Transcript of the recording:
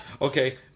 Okay